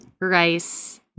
rice